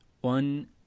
One